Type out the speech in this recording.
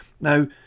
Now